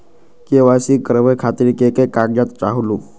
KYC करवे खातीर के के कागजात चाहलु?